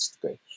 great